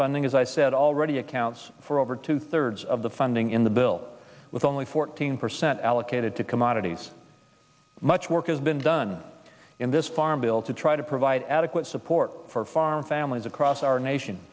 funding as i said already accounts for over two thirds of the funding in the bill with only fourteen percent allocated to commodities much work has been done in this farm bill to try to provide adequate support for farm families across our nation